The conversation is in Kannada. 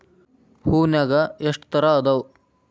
ಹೂನ್ಯಾಗ ಎಷ್ಟ ತರಾ ಅದಾವ್?